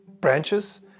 branches